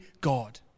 God